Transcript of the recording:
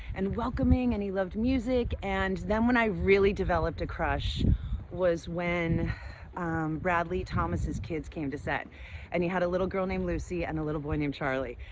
and welcoming and he loved music. and then, when i really developed a crush was when bradley thomas' kids came to set and he had a little girl named lucy and a little boy named charlie.